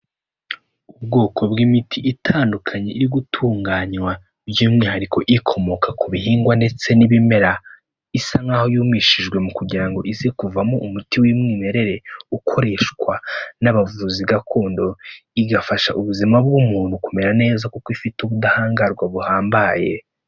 Ubwoko bw'imiti itandukanye iri gutunganywa by'umwihariko ikomoka ku bihingwa ndetse n'ibimera, isa nkaho yumishijwe kugira ngo ize kuvamo umuti w'umwimerere ukoreshwa n'abavuzi gakondo, igafasha ubuzima bw'umuntu kumera neza kuko ifite ubudahangarwa buhambaye.